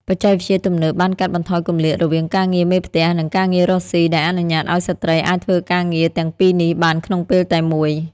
បច្ចេកវិទ្យាទំនើបបានកាត់បន្ថយគម្លាតរវាងការងារមេផ្ទះ និងការងាររកស៊ី ដែលអនុញ្ញាតឱ្យស្ត្រីអាចធ្វើការងារទាំងពីរនេះបានក្នុងពេលតែមួយ។